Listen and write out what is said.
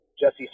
Jesse